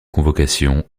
convocation